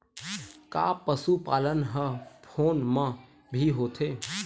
का पशुपालन ह फोन म भी होथे?